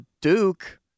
Duke